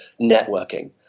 networking